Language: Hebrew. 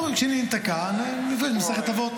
ברגע שניתקע נביא ממסכת אבות,